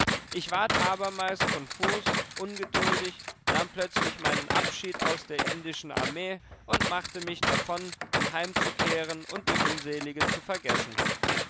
ich ward abermals konfus ungeduldig nahm plötzlich meinen abschied aus der indischen armee und machte mich davon um heimzukehren und die unselige zu vergessen